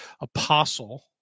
Apostle